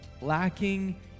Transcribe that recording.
lacking